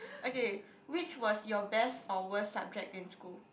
okay which was your best or worst subject in school